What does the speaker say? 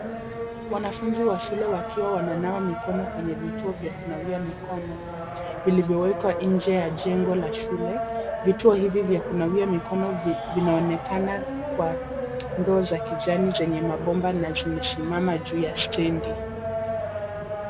Wanafunzi wa shule wakiwa wananawa mikono kwenye vituo vya kunawia mikono vilivyowekwa nje ya jengo la shule. Vituo hivi vya kunawia mikono vinaonekana kwa ndoo za kijani zenye mabomba na zimesimama juu ya stendi.